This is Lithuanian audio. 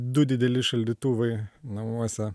du dideli šaldytuvai namuose